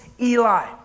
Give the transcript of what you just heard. Eli